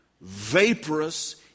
vaporous